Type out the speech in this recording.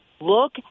Look